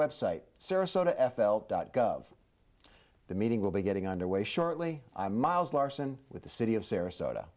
website sarasota f l dot gov the meeting will be getting underway shortly i'm miles larson with the city of sarasota